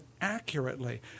accurately